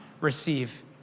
receive